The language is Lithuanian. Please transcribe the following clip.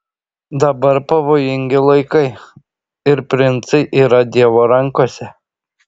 dabar pavojingi laikai ir princai yra dievo rankose